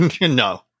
No